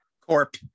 Corp